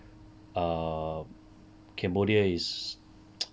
err cambodia is